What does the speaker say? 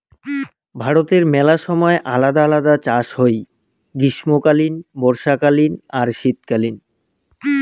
ভারতে মেলা সময় আলদা আলদা চাষ হই গ্রীষ্মকালীন, বর্ষাকালীন আর শীতকালীন